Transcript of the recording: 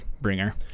bringer